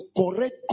correct